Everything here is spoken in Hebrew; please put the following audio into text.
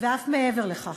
ואף מעבר לכך.